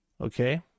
Okay